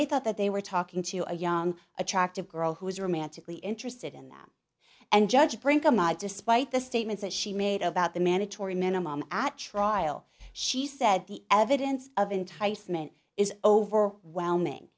they thought that they were talking to a young attractive girl who was romantically interested in them and judge brinkema despite the statements that she made about the mandatory minimum at trial she said the evidence of enticement is overwhelming